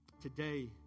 Today